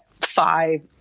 five